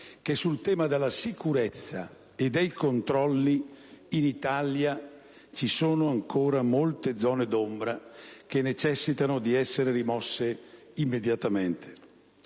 che sul tema della sicurezza e dei controlli in Italia vi sono ancora molte zone d'ombra, che necessitano di essere rimosse immediatamente.